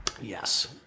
Yes